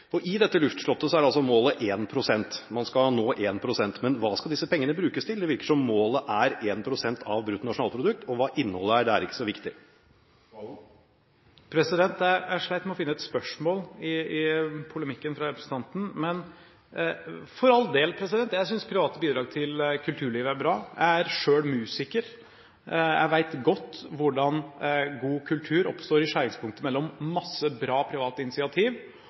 selv. I dette luftslottet er målet 1 pst. – man skal nå 1 pst. Men hva skal disse pengene brukes til? Det virker som om målet er 1 pst. av brutto nasjonalprodukt, og hva innholdet er, er ikke så viktig. Jeg slet med å finne et spørsmål i polemikken fra representanten. For all del, jeg synes private bidrag til kulturlivet er bra. Jeg er selv musiker, jeg vet godt hvordan god kultur oppstår i skjæringspunktet mellom masse bra privat initiativ